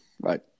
Right